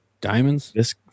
Diamonds